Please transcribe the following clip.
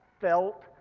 felt